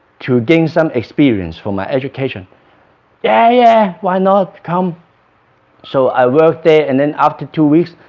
to gain some experience for my education yeah. yeah, why not, come so i worked there and then after two weeks